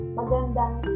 magandang